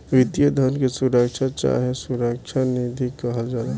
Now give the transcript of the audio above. वित्तीय धन के सुरक्षा चाहे सुरक्षा निधि कहल जाला